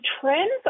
trends